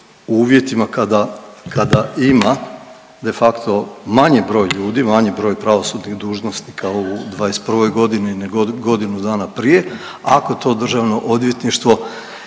u uvjetima kada ima de facto manji broj ljudi, manji broj pravosudnih dužnosnika u '21.g. i godinu dana prije, ako to državno odvjetništvo